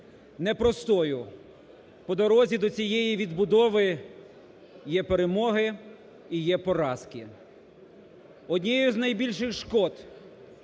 не простою. По дорозі до цієї відбудови є перемоги і є поразки. Однією з найбільших шкод